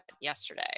yesterday